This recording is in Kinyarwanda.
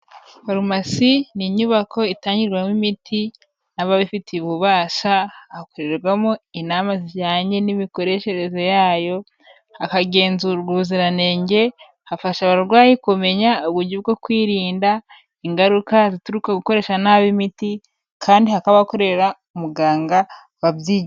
Farumasi ni inyubako itangirwamo imiti n'ababifitiye ububasha, hakorerwamo inama zijyanye n'imikoreshereze yayo, hakagenzurwa ubuziranenge, hafasha abarwayi kumenya uburyo bwo kwirinda ingaruka zituruka kugukoresha nabi imiti kandi hakaba hakorera umuganga wabyi...